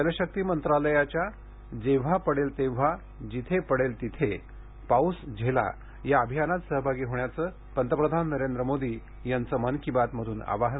जलशक्ती मंत्रालयाच्या जेव्हा पडेल तेव्हा जिथे पडेल तिथे पाऊस झेला या अभियानात सहभागी होण्याचं पंतप्रधान नरेंद्र मोदी यांचं मन की बात मधून आवाहन